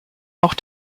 auch